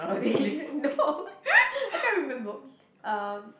no I can't remember um